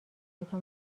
دوتا